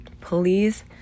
please